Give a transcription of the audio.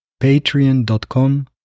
Patreon.com